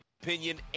opinion